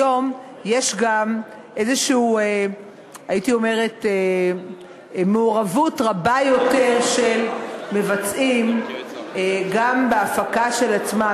היום יש גם מעורבות רבה יותר של מבצעים גם בהפקה של עצמם.